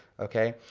okay.